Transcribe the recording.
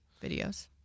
videos